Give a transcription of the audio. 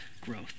growth